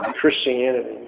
Christianity